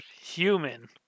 Human